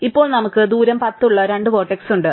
ഇപ്പോൾ നമുക്ക് ദൂരം 10 ഉള്ള രണ്ട് വെർട്ടെക്സ് ഉണ്ട്